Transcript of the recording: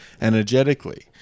energetically